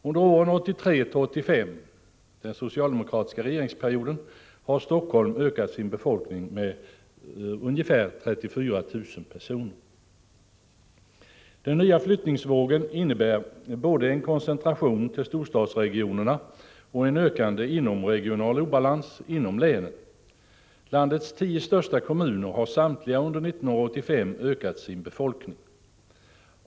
Under åren 1983-1985 har Helsingfors ökat sin befolkning med ungefär 34 000 personer. Den nya flyttningsvågen innebär både en koncentration till storstadsregionerna och en ökande inomregional obalans inom länen. Landets tio största kommuner har samtliga under 1985 ökat sin befolkning.